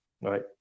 right